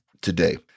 today